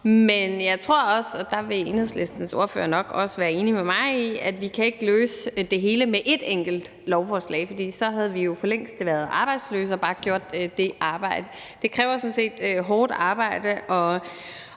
Men jeg tror heller ikke, og det vil Enhedslistens ordfører nok også være enig med mig i, at vi kan løse det hele med et enkelt lovforslag, for så havde vi jo for længst været arbejdsløse og bare gjort det arbejde. Det kræver sådan set hårdt arbejde